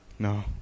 No